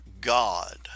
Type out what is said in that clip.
God